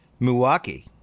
Milwaukee